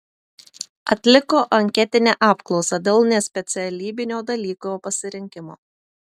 atliko anketinę apklausą dėl nespecialybinio dalyko pasirinkimo